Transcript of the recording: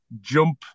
jump